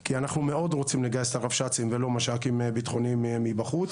כי אנחנו מאוד רוצים לגייס את הרבש"צים ולא מש"קים ביטחוניים מבחוץ,